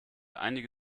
einige